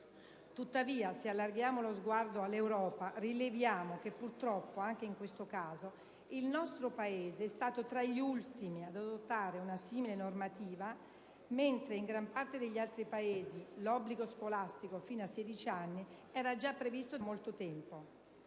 Tuttavia, se allarghiamo lo sguardo all'Europa, rileviamo che purtroppo, anche in questo caso, il nostro Paese è stato tra gli ultimi ad adottare una simile normativa, mentre in gran parte degli altri Paesi l'obbligo scolastico fino a 16 anni era già previsto da molto tempo.